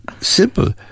simple